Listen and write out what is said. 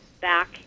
back